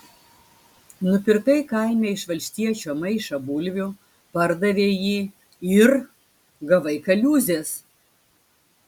nupirkai kaime iš valstiečio maišą bulvių pardavei jį ir gavai kaliūzės